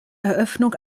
eröffnung